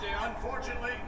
Unfortunately